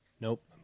Nope